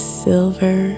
silver